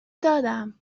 دادم